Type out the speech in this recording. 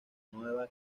nueva